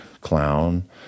clown